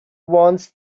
wants